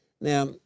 Now